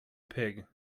pig